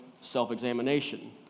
self-examination